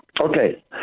Okay